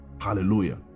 Hallelujah